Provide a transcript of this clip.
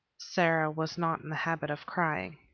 sara was not in the habit of crying.